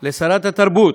לשרת התרבות,